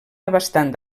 abastant